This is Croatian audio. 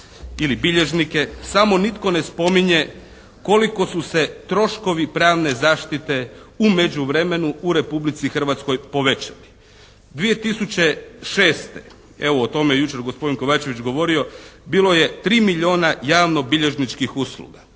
ili bilježnike. Samo nitko ne spominje koliko su se troškovi pravne zaštite u međuvremenu u Republici Hrvatskoj povećali. 2006. evo o tome je jučer gospodin Kovačević govorio bilo je 3 milijuna javnobilježničkih usluga.